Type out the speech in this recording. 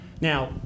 now